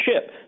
ship